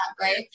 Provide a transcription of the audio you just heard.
right